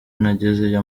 nagezeyo